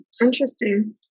interesting